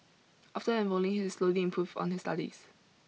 after enrolling he is slowly improved on his studies